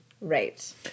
Right